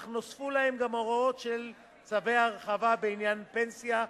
אך נוספו להן גם הוראות של צווי הרחבה בעניין פנסיה,